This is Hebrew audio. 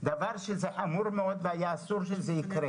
דבר שהוא חמור מאוד והיה אסור שיהיה.